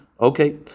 okay